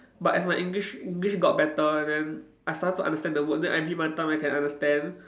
but as my English English got better and then I started to understand the word then I I can understand